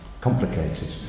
complicated